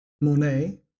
Monet